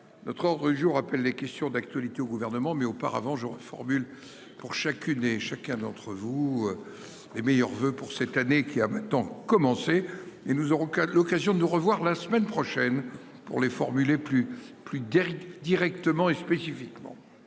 Notre jour appelle les questions d'actualité au gouvernement mais auparavant je reformule. Pour chacune et chacun d'entre vous. Les meilleurs voeux pour cette année qui a maintenant commencé et nous aurons qu'à l'occasion de revoir la semaine prochaine pour les formuler plus plus d'Éric directement et spécifiquement.